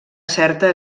certa